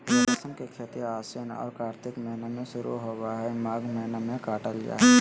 रेशम के खेती आशिन औरो कार्तिक महीना में शुरू होबे हइ, माघ महीना में काटल जा हइ